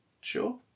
Sure